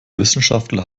wissenschaftler